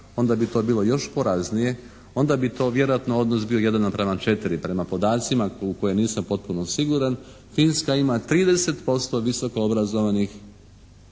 onda bi to bilo još poraznije. Onda bi to vjerojatno odnos bio 1:4 prema podacima u koje nisam potpuno siguran Finska ima 30% visokoobrazovanih